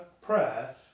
prayer